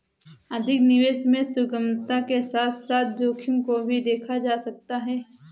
अधिक निवेश में सुगमता के साथ साथ जोखिम को भी देखा जा सकता है